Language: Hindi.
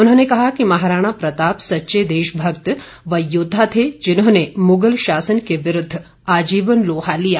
उन्होंने कहा कि महाराणा प्रताप सच्चे देशभक्त व योद्धा थे जिन्होंने मुगल शासन के विरूद्व आजीवन लोहा लिया